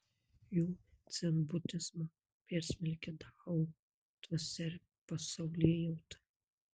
jų dzenbudizmą persmelkia dao dvasia ir pasaulėjauta